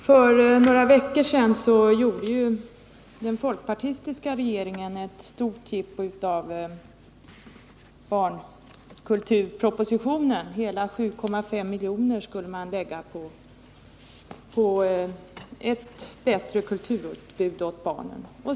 Herr talman! För några veckor sedan gjorde den folkpartistiska regeringen ett stort jippo av barnkulturpropositionen. ”Hela” 7,5 miljoner skulle man lägga på ett bättre kulturutbud åt barnen.